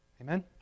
Amen